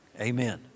Amen